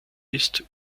ist